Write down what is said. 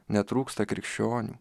netrūksta krikščionių